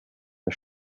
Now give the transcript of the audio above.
der